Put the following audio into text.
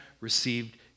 received